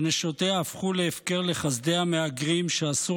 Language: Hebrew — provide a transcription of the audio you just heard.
שנשותיה הפכו להפקר לחסדי המהגרים שאסור